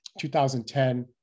2010